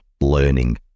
learning